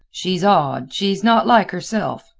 she's odd, she's not like herself.